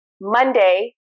Monday